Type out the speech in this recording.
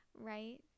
Right